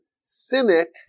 cynic